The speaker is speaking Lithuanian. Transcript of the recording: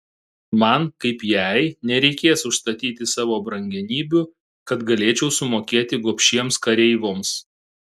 man kaip jai nereikės užstatyti savo brangenybių kad galėčiau sumokėti gobšiems kareivoms